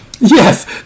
yes